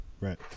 right